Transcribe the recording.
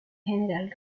general